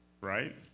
Right